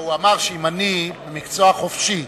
לא, הוא אמר שאם אני במקצוע חופשי